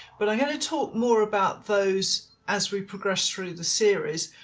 but i'm going to talk more about those as we progress through the series.